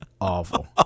awful